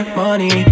money